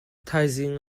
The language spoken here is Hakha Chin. thaizing